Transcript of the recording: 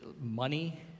money